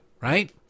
right